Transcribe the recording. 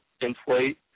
inflate